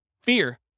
Fear